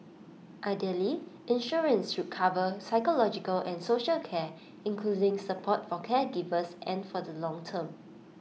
ideally insurance should also cover psychological and social care including support for caregivers and for the long term